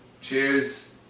Cheers